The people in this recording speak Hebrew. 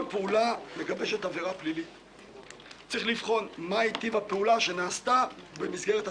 אבל האם כל המקרה תקשורתית היה לפני ההצבעה על הגז?